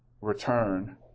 return